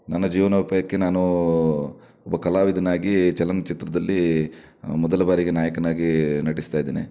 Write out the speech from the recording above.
ನನ್ನ ಜೀವನೋಪಾಯಕ್ಕೆ ನಾನು ಒಬ್ಬ ಕಲಾವಿದನಾಗಿ ಚಲನಚಿತ್ರದಲ್ಲಿ ಮೊದಲ ಬಾರಿಗೆ ನಾಯಕನಾಗಿ ನಟಿಸ್ತಾ ಇದ್ದೇನೆ